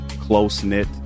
close-knit